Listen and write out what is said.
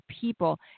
people